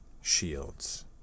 shields